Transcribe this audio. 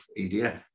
EDF